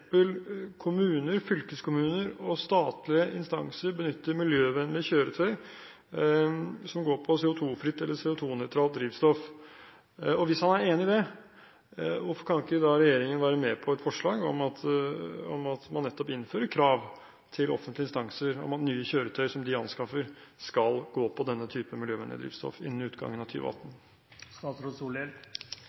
at f.eks. kommuner, fylkeskommuner og statlige instanser benytter miljøvennlige kjøretøy som går på CO2-fritt eller CO2-nøytralt drivstoff? Og hvis han er enig i det, hvorfor kan ikke da regjeringen være med på et forslag om at man nettopp innfører krav til offentlige instanser om at nye kjøretøy som de anskaffer, skal gå på denne typen miljøvennlig drivstoff innen utgangen av